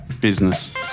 business